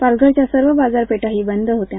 पालघरच्या सर्व बाजारपेठा ही बंद होत्या